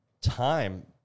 time